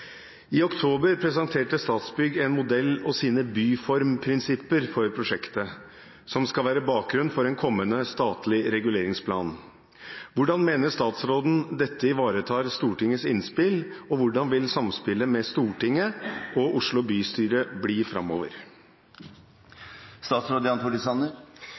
I oktober presenterte Statsbygg en modell og sine byformprinsipper for prosjektet, som skal være bakgrunn for en kommende statlig reguleringsplan. Hvordan mener statsråden dette ivaretar Stortingets innspill, og hvordan vil samspillet med Stortinget og Oslo bystyre bli framover?»